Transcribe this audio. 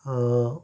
आं